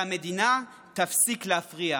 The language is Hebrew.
שהמדינה תפסיק להפריע,